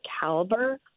caliber